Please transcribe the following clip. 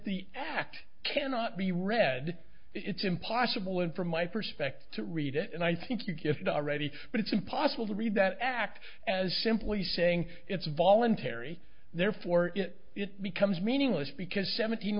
fact cannot be read it's impossible and from my perspective i read it and i think you gift already but it's impossible to read that act as simply saying it's voluntary therefore it becomes meaningless because sevent